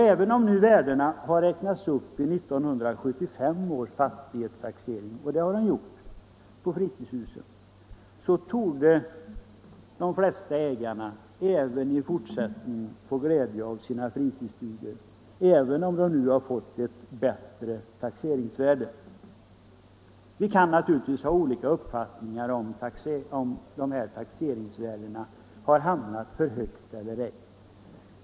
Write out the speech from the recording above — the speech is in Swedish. Även om nu värdena på fritidshusen har räknats upp vid 1975 års fastighetstaxering, så torde de flesta ägarna också i fortsättningen få glädje av sina fritidsstugor — trots att de nu fått ett bättre taxeringsvärde. Vi kan naturligtvis ha olika uppfattningar om huruvida taxeringsvärdena har hamnat för högt eller ej.